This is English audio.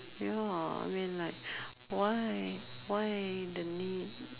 you know uh I mean like why why the need